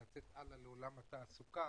לצאת הלאה לעולם התעסוקה,